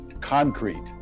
concrete